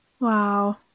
wow